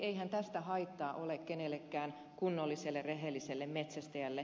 eihän tästä haittaa ole kenellekään kunnolliselle rehelliselle metsästäjälle